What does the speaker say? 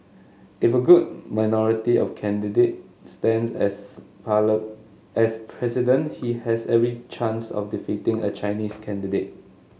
if a good minority of candidate stands as pallet as president he has every chance of defeating a Chinese candidate